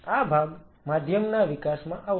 આ ભાગ માધ્યમના વિકાસમાં આવશે